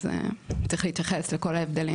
לכן צריך להתייחס פה לכל ההבדלים